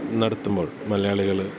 നടത്തുമ്പോൾ മലയാളികള്